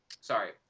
Sorry